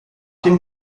dem